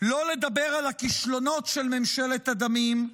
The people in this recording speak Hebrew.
לא לדבר על הכישלונות של ממשלת הדמים,